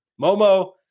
Momo